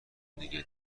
دیگه